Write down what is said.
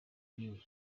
news